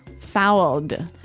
Fouled